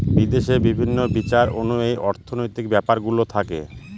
বিদেশে বিভিন্ন বিচার অনুযায়ী অর্থনৈতিক ব্যাপারগুলো থাকে